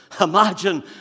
imagine